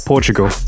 Portugal